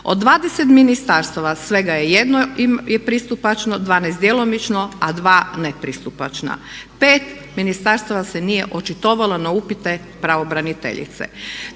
Od 20 ministarstava svega je 1 pristupačno, 12 djelomično, a 2 nepristupačna. 5 ministarstava se nije očitovalo na upite pravobraniteljice.